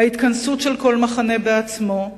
ההתכנסות של כל מחנה בעצמו,